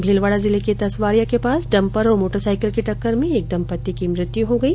भीलवाडा जिले के तसवारिया के पास डम्पर और मोटरसाईकिल की टक्कर में एक दंपत्ति की मृत्यु हो गई